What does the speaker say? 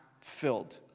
filled